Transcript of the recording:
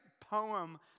poem